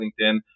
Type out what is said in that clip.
LinkedIn